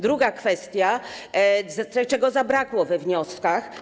Druga kwestia, czego zabrakło we wnioskach.